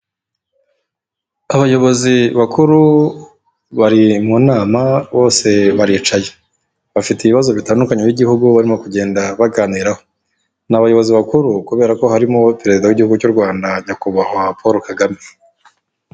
Abayobozi bakuru bari mu nama bose baricaye, bafite ibibazo bitandukanye by'igihugu barimo kugenda baganiraho, ni abayobozi bakuru kubera ko harimo perezida w'igihugu cy'u Rwanda nyakubahwa Paul Kagame.